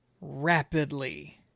rapidly